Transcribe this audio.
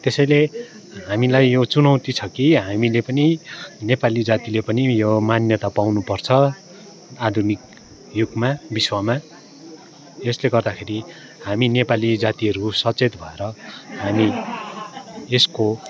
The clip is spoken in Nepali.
त्यसैले हामीलाई यो चुनौती छ कि हामीले पनि नेपाली जातिले पनि यो मान्यता पाउनु पर्छ आधुनिक युगमा विश्वमा यसले गर्दाखेरि हामी नेपाली जातिहरू सचेत भएर हामी यसको